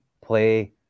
play